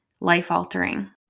life-altering